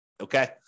Okay